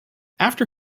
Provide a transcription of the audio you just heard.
after